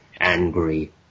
angry